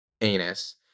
anus